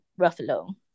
ruffalo